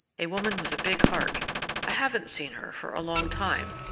a woman with a big heart i haven't seen her for a long time,